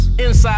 Inside